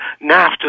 NAFTA